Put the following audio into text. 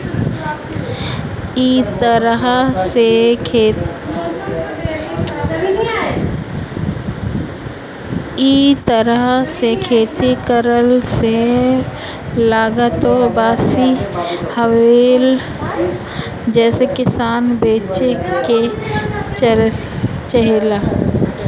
इ तरह से खेती कईला से लागतो बेसी आवेला जेसे किसान बचे के चाहेला